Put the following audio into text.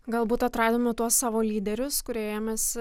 galbūt atradome tuos savo lyderius kurie ėmėsi